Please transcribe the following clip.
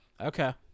Okay